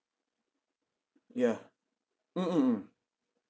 ya mm mm mm